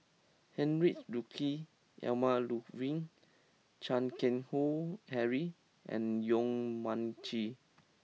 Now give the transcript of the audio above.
Heinrich Ludwig Emil Luering Chan Keng Howe Harry and Yong Mun Chee